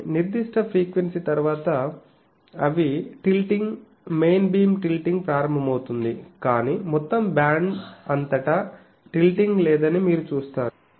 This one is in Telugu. కానీ నిర్దిష్ట ఫ్రీక్వెన్సీ తరువాత అవి టిల్టింగ్ మెయిన్ బీమ్ టిల్టింగ్ ప్రారంభమవుతుంది కానీ మొత్తం బ్యాండ్ అంతటా టిల్టింగ్ లేదని మీరు చూస్తారు